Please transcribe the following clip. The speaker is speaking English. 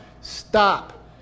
stop